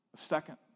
second